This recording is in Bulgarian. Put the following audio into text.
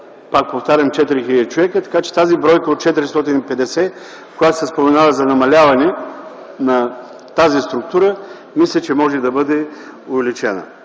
пак повтарям – 4000 човека, така че тази бройка от 450, която се споменава за намаляване на тази структура, мисля, че може да бъде увеличена.